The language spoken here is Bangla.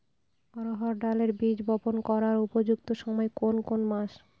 অড়হড় ডালের বীজ বপন করার উপযুক্ত সময় কোন কোন মাস?